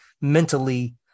mentally